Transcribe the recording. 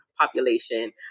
population